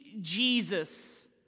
Jesus